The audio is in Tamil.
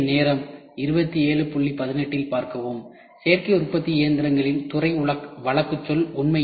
சேர்க்கை உற்பத்தி இயந்திரங்களின் துறை வழக்குச்சொல்